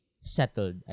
settled